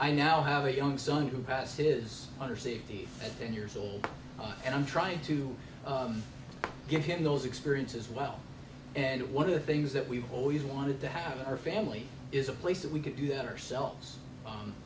i now have a young son who passes under safety ten years old and i'm trying to give him those experiences well and one of the things that we've always wanted to have our family is a place that we could do that ourselves